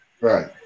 right